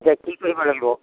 এতিয়া কি কৰিব লাগিব